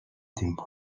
timpul